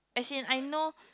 as in I know